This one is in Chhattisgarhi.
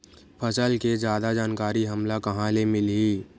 फसल के जादा जानकारी हमला कहां ले मिलही?